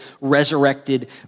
resurrected